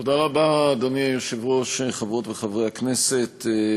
אדוני היושב-ראש, תודה רבה, חברות וחברי הכנסת,